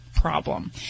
problem